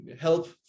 help